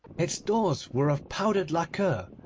its doors were of powdered lacquer,